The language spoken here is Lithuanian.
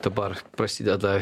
dabar prasideda